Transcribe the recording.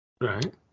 Right